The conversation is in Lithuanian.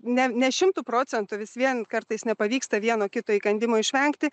ne ne šimtu procentų vis vien kartais nepavyksta vieno kito įkandimo išvengti